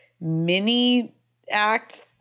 mini-act